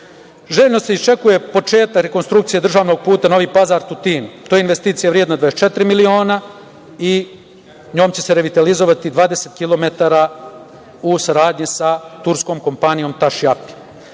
se iščekuje početak rekonstrukcije državnog puta Novi Pazar- Tutin. To je investicija vredna 24 miliona i njom će se revitalizovati 20 kilometara u saradnji sa turskom kompanijom